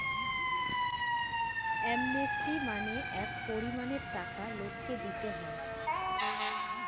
amnesty মানে এক পরিমানের টাকা লোককে দিতে হয়